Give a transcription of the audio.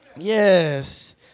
Yes